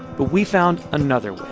but we found another way.